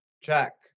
Check